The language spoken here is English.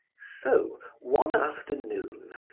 so one afternoon,